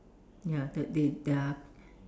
ya the they their